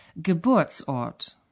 Geburtsort